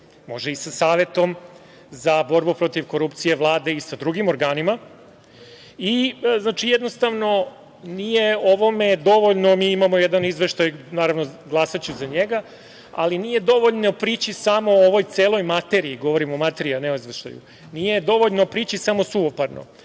može i sa Savetom za borbu protiv korupcije Vlade i sa drugim organima. Jednostavno, mi imamo jedan izveštaj, naravno glasaću za njega, ali nije dovoljno prići samo ovoj celoj materiji, govorim o materiji, a ne o izveštaju, nije dovoljno prići samo suvoparno,